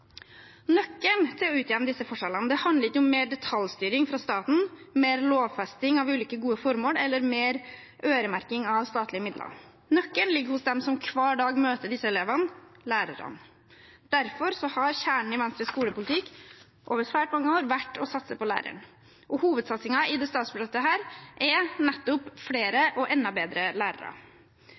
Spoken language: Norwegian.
Nøkkelen til å utjevne disse forskjellene handler ikke om mer detaljstyring fra staten, mer lovfesting av ulike gode formål eller mer øremerking av statlige midler. Nøkkelen ligger hos dem som hver dag møter disse elevene: lærerne. Derfor har kjernen i Venstres skolepolitikk over svært mange år vært å satse på læreren, og hovedsatsingen i dette statsbudsjettet er nettopp flere og enda bedre lærere.